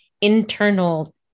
internal